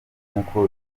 nk’uko